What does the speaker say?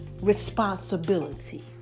responsibility